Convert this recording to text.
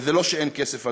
וזה לא שאין כסף,